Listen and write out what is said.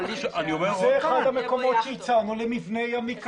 זה אחד המקומות שהצענו למבנה ימי קטן.